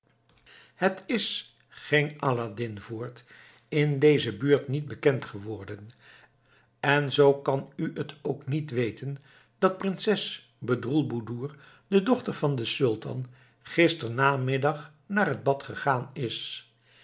het is ging aladdin voort in deze buurt niet bekend geworden en zoo kan u t ook niet weten dat prinses bedroelboedoer de dochter van den sultan gisternamiddag naar het bad gegaan is